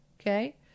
Okay